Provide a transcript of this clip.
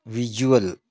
visual